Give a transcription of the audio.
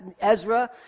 Ezra